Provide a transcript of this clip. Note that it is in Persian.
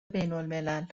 بینالملل